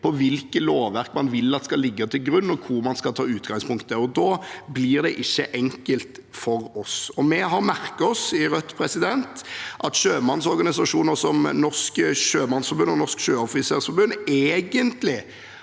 på hvilke lovverk man vil at skal ligge til grunn, og hva man skal ta utgangspunkt i. Da blir det ikke enkelt for oss. Vi har merket oss i Rødt at sjømannsorganisasjoner som Norsk Sjømannsforbund og Norsk Sjøoffisersforbund egentlig